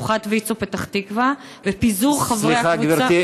שלוחת ויצו פתח תקווה, ופיזור חברי הקבוצה